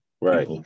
Right